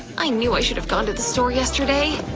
i knew i should've gone to the store yesterday.